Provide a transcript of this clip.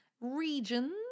regions